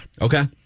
Okay